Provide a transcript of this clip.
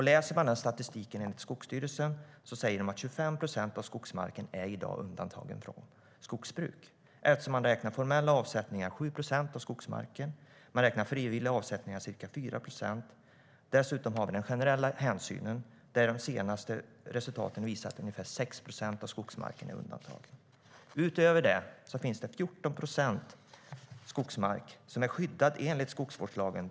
Läser man statistiken från Skogsstyrelsen ser man att 25 procent av skogsmarken i dag är undantagen från skogsbruk. Man räknar med formella avsättningar på 7 procent, och man räknar med frivilliga avsättningar på ca 4 procent. Dessutom har vi de generella hänsynen, där de senaste resultaten visar att ungefär 6 procent av skogsmarken är undantag. Utöver det är 14 procent av skogsmarken skyddad enligt skogsvårdslagen.